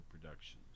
productions